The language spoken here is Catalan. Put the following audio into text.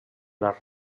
les